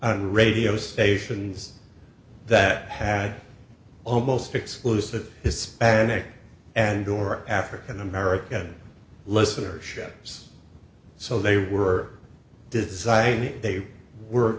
on radio stations that pad almost exclusive hispanic and or african american listeners ships so they were designing they were